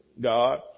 God